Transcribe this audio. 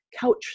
couch